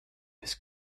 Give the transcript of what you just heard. his